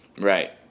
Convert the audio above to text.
Right